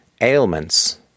ailments